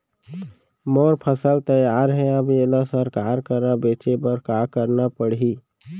मोर फसल तैयार हे अब येला सरकार करा बेचे बर का करना पड़ही?